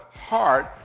heart